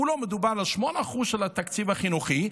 כולו מדובר על 8% של התקציב החינוכי,